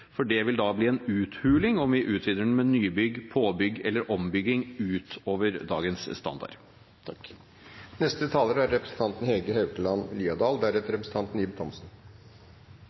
Det vil da bli en uthuling om vi utvider den med nybygg, påbygg eller ombygging utover dagens standard.